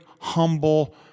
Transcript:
humble